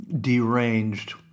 deranged